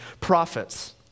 prophets